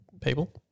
people